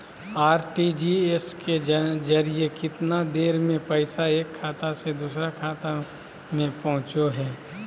RTGS के जरिए कितना देर में पैसा एक खाता से दुसर खाता में पहुचो है?